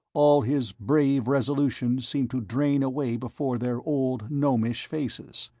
all his brave resolutions seemed to drain away before their old, gnomish faces.